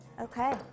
Okay